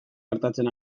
gertatzen